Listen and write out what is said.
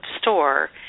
store